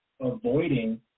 avoiding